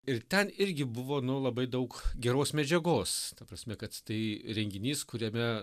ir ten irgi buvo nu labai daug geros medžiagos ta prasme kad tai renginys kuriame